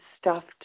stuffed